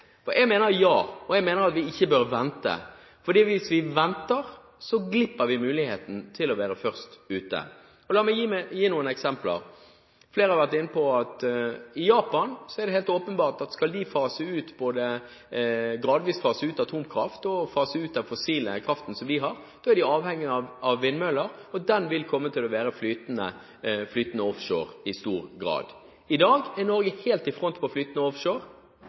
Jeg mener ja, og jeg mener at vi ikke bør vente. For hvis vi venter, glipper muligheten til å være først ute. La meg gi noen eksempler. Flere har vært inne på at i Japan er det helt åpenbart at skal de gradvis fase ut både atomkraft og den fossile kraften de har, er de avhengige av vindmøller, og de vil komme til å være flytende offshore i stor grad. I dag er Norge helt i front når det gjelder flytende offshore.